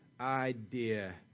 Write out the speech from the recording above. idea